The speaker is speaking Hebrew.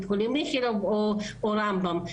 איכילוב או רמב"ם.